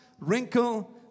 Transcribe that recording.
wrinkle